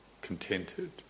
contented